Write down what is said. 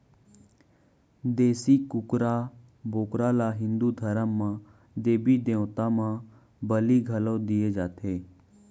देसी कुकरा, बोकरा ल हिंदू धरम म देबी देवता म बली घलौ दिये जाथे